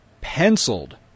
penciled